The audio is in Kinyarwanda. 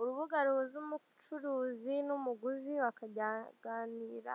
Urubuga ruhuza umucuruzi n'umuguzi bakaganirira